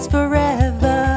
forever